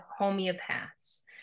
homeopaths